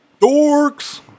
Dorks